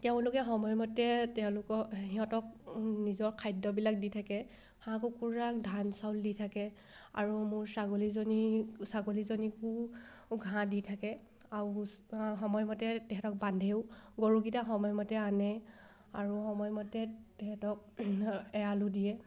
তেওঁলোকে সময়মতে তেওঁলোকক সিহঁতক নিজৰ খাদ্যবিলাক দি থাকে হাঁহ কুকুৰাক ধান চাউল দি থাকে আৰু মোৰ ছাগলীজনী ছাগলীজনীকো ঘাঁহ দি থাকে আৰু সময়মতে সিহঁতক বান্ধেও গৰুকেইটা সময়মতে আনে আৰু সময়মতে সিহঁতক এৰালো দিয়ে